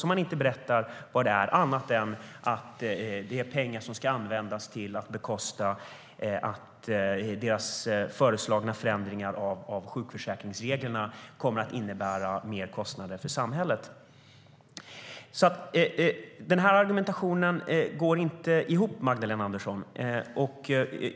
Man berättar inte vad det är, annat än att det är pengar som ska användas till att bekosta deras föreslagna förändringar av sjukförsäkringsreglerna, vilket kommer att innebära mer kostnader för samhället. Argumentationen går inte ihop, Magdalena Andersson.